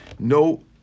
No